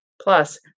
Plus